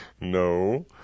No